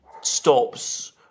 stops